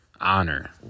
honor